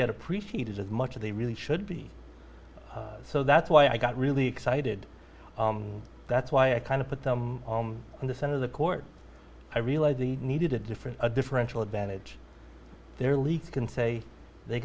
get appreciated as much as they really should be so that's why i got really excited and that's why i kind of put them in the center of the court i realized the needed a different a differential advantage their league can say they